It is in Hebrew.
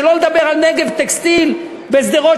שלא לדבר על "נגב טקסטיל" בשדרות,